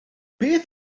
beth